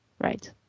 right